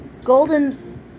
golden